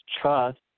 trust